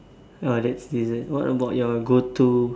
ya that's dessert what about your go to